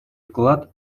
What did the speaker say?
вклад